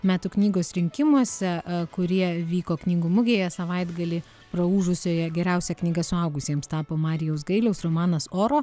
metų knygos rinkimuose kurie vyko knygų mugėje savaitgalį praūžusioje geriausia knyga suaugusiems tapo marijaus gailiaus romanas oro